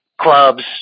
clubs